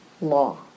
law